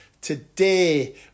Today